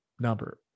Number